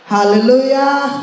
Hallelujah